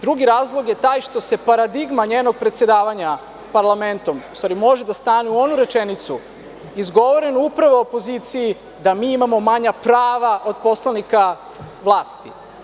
Drugi razlog je taj što se paradigma njenog predsedavanja parlamentom, u stvari može da stane u onu rečenicu izgovorenu upravo opoziciji da mi imamo manja prava od poslanika vlasti.